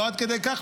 לא עד כדי כך,